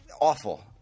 awful